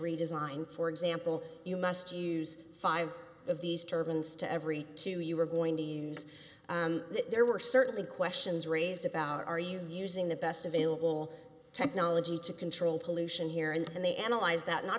redesign for example you must use five of these turbans to every two you were going to use there were certainly questions raised about are you using the best available technology to control pollution here and they analyzed that